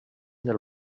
del